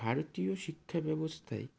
ভারতীয় শিক্ষাব্যবস্থায়